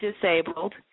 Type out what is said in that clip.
disabled